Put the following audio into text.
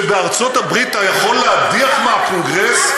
שבארצות-הברית אתה יכול להדיח מהקונגרס,